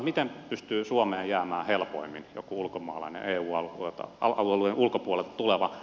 miten pystyy suomeen jäämään helpoimmin joku ulkomaalainen eu alueen ulkopuolelta tuleva